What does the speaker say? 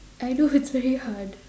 I know it's very hard